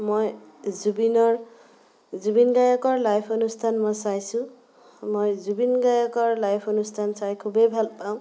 মই জুবিনৰ জুবিন গাৰ্গৰ লাইভ অনুষ্ঠান মই চাইছোঁ মই জুবিন গাৰ্গৰ লাইভ অনুষ্ঠান চাই খুবেই ভাল পাওঁ